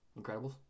Incredibles